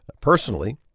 Personally